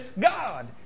God